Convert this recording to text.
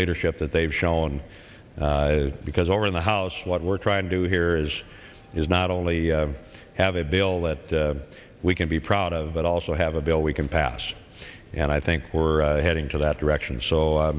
leadership that they've shown because over in the house what we're trying to do here is is not only have a bill that we can be proud of but also have a bill we can pass and i think we're heading to that direction so